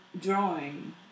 drawing